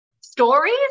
stories